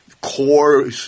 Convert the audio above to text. core